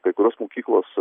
kai kurios mokyklos